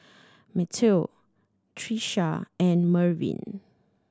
Matteo Trisha and Mervin